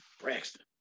Braxton